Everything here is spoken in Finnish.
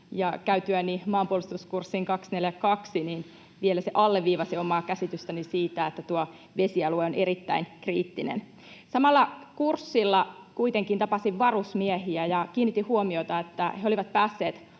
käytyäni maanpuolustuskurssin 242 se vielä alleviivasi omaa käsitystäni siitä, että tuo vesialue on erittäin kriittinen. Samalla kurssilla kuitenkin tapasin varusmiehiä ja kiinnitin huomiota, että he olivat päässeet